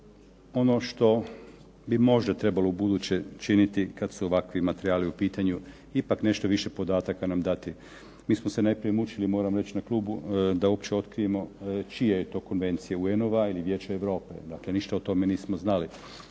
Ono što bi možda ubuduće činiti kada su ovakvi materijali u pitanju ipak nešto više podataka dati. Mi smo se najprije mučili moram reći na klubu da uopće otkrijemo čija je to konvencija, UN-ova ili Vijeća Europe. Dakle, o tome nismo ništa